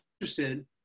interested